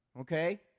Okay